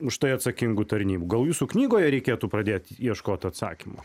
už tai atsakingų tarnybų gal jūsų knygoje reikėtų pradėti ieškot atsakymų